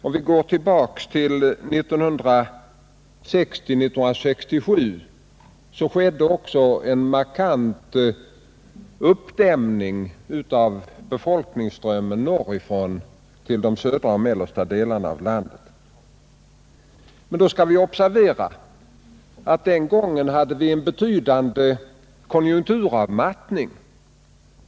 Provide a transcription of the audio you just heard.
Om vi går tillbaka till åren 1966—1967, finner vi att det då också skedde en markant uppdämning av befolkningsströmmen norrifrån till de södra och mellersta delarna av landet. Men vi skall observera att vi den gången hade en betydande konjunkturavmattning.